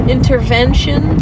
Intervention